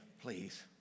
please